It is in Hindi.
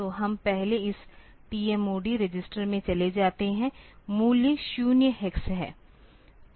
तो हम पहले इस TMOD रजिस्टर में चले जाते हैं मूल्य 0 हेक्स है